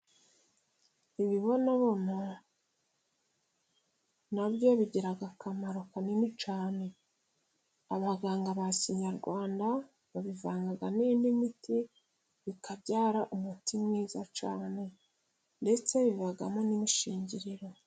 Ibibonobono na byo bigira akamaro kanini cyane. Abaganga ba kinyarwanda babivanga n'imiti bikabyara umuti mwiza cyane, ndetse bivamo n'imishingiriro.